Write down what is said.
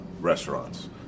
restaurants